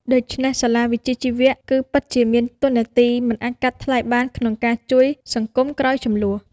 ដូច្នេះសាលាវិជ្ជាជីវៈ គឺពិតជាមានតួនាទីមិនអាចកាត់ថ្លៃបានក្នុងការជួយសង្គមក្រោយជម្លោះ។